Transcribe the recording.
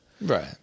Right